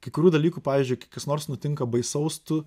kai kurių dalykų pavyzdžiui kai kas nors nutinka baisaus tu